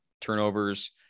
turnovers